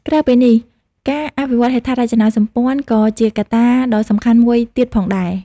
ក្រៅពីនេះ ការអភិវឌ្ឍហេដ្ឋារចនាសម្ព័ន្ធ ក៏ជាកត្តាដ៏សំខាន់មួយទៀតផងដែរ។